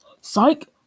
Psych